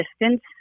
distance